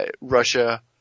Russia